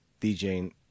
djing